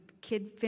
kid